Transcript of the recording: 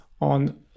on